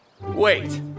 Wait